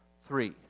Three